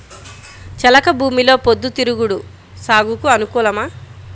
చెలక భూమిలో పొద్దు తిరుగుడు సాగుకు అనుకూలమా?